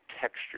texture